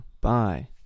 bye